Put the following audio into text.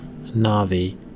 Navi